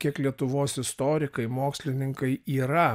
kiek lietuvos istorikai mokslininkai yra